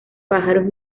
pájaros